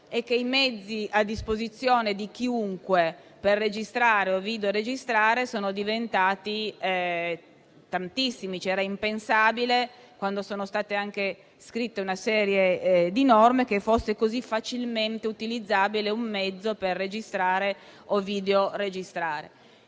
è che i mezzi a disposizione di chiunque per registrare o videoregistrare sono diventati tantissimi. Era impensabile, quando sono state scritte una serie di norme, che fosse così facilmente utilizzabile un mezzo per registrare o videoregistrare.